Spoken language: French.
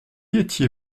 étiez